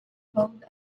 code